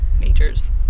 majors